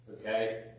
okay